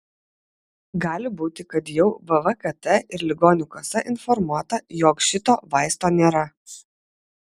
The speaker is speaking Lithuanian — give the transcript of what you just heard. gali būti kad jau vvkt ir ligonių kasa informuota jog šito vaisto nėra